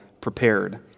prepared